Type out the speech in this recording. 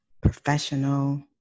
professional